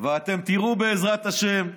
ואתם תראו, בעזרת השם,